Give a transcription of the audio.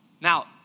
Now